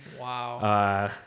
Wow